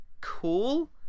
cool